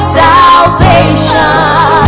salvation